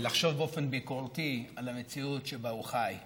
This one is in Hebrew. לחשוב באופן ביקורתי על המציאות שבה הוא חי וללמוד,